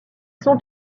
sont